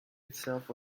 itself